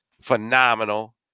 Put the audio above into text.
phenomenal